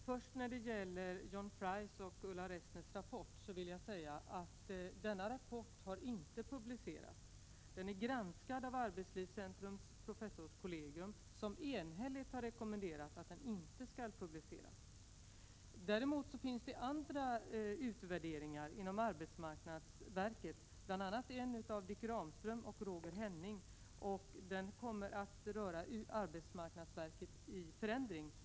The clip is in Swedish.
Herr talman! Rapporten är inte publicerad. Den är granskad av Arbetslivscentrums professorskollegium, som enhälligt har rekommenderat att den inte skall publiceras. Däremot görs andra utvärderingar inom arbetsmark nadsverket, bl.a. en av Nic Granström och Roger Henning som kommer att — Prot. 1987/88:30 handla om arbetsmarknadsverket i förändring.